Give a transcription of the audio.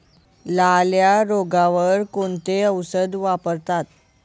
लाल्या रोगावर कोणते औषध वापरतात?